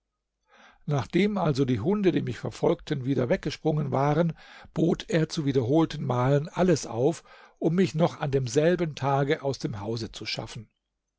nachdem also die hunde die mich verfolgten wieder weggesprungen waren bot er zu wiederholten malen alles auf um mich noch an demselben tage aus dem hause zu schaffen